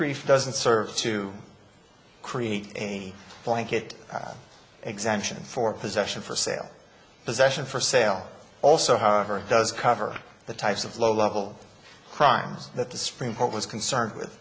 moncrief doesn't serve to create a blanket exemption for possession for sale possession for sale also however does cover the types of low level crimes that the supreme court was concerned with